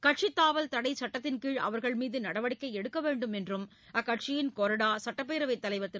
கட்சித் தாவல் தடைசட்டத்தின்கீழ் அவர்கள்மீதுநடவடிக்கைஎடுக்கவேண்டும் என்றும் அக்கட்சியின் கொறடா சுட்டப் பேரவைத் தலைவர் திரு